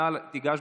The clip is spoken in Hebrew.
אנא תיגש,